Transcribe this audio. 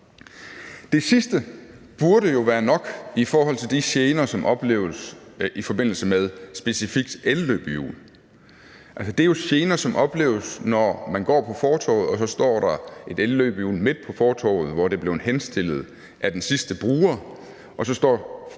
Det sidste burde jo være nok i forhold til de gener, som opleves i forbindelse med specifikt elløbehjul. Altså, det er jo gener, som opleves, når man går på fortovet og der står et elløbehjul midt på fortovet, hvor det er blevet henstillet af den sidste bruger, og så står